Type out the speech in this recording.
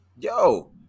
yo